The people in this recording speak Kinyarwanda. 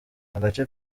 agace